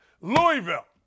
Louisville